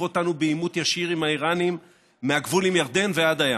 אותנו בעימות ישיר עם האיראנים מהגבול עם ירדן ועד הים.